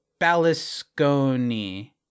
Balasconi